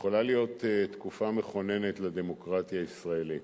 יכולה להיות תקופה מכוננת לדמוקרטיה הישראלית,